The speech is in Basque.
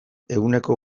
eguneko